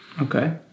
Okay